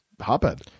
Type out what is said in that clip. hotbed